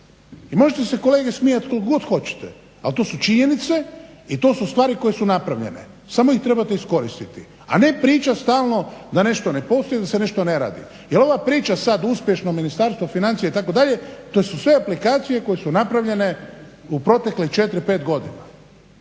i možete se kolege smijati koliko god hoćete ali to su činjenice i to su stvari koje su napravljene samo ih trebate iskoristiti a ne pričati stalno da nešto ne postoji i da se nešto ne radi. Jel ova priča sada uspješno Ministarstvo financija itd. to su sve aplikacije koje su napravljene u protekle 4, 5 godina.